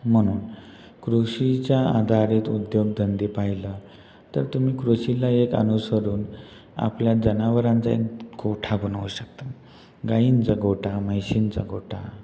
म्हणून कृषीच्या आधारित उद्योगधंदे पाहिलं तर तुम्ही कृषीला एक अनुसरून आपल्या जनावरांचा एक गोठा बनवू शकता गाईंचा गोठा म्हशींचा गोठा